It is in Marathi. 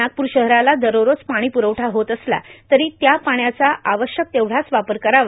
नागपूर शहराला दररोज पाणी पूरवठा होत असला तरी त्या पाण्याचा आवश्यक तेवढाच वापर करावा